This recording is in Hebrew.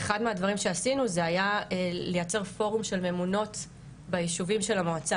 ואחד מהדברים שעשינו זה היה לייצר פורום של ממונות ביישובים של המועצה.